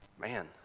man